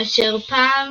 אשר פעם